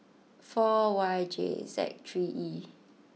four Y J Z three E